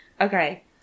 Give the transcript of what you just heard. Okay